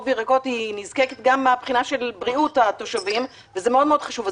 וירקות דרושה גם מן הבחינה של בריאות התושבים וזה מאוד מאוד חשובה.